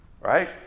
Right